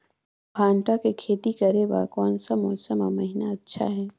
भांटा के खेती करे बार कोन सा मौसम अउ महीना अच्छा हे?